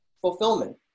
fulfillment